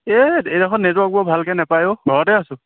এই এইডোখৰত নেটৱৰ্ক বৰ ভালকৈ নেপায় অ' ঘৰতে আছোঁ